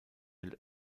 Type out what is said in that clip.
will